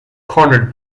cornered